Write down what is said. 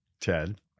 Ted